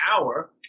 hour